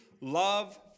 Love